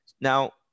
now